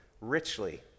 richly